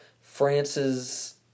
France's